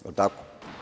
Jel tako?